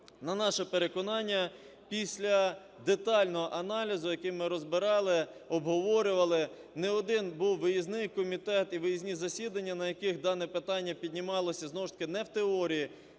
На наше переконання, після детального аналізу, який ми розбирали, обговорювали, не один був виїзний комітет і виїзні засідання, на яких дане питання піднімалося знову ж таки не в теорії,